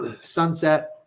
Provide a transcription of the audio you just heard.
sunset